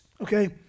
okay